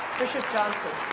bishop johnson.